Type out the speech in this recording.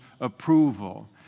approval